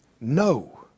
No